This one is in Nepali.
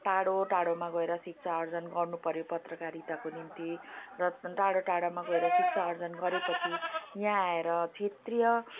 टाढो टाढोमा गएर शिक्षा आर्जन गर्नुपर्यो पत्रकारिताको निम्ति र टाढा टाढामा गएर शिक्षा आर्जन गरेपछि यहाँ आएर क्षेत्रीय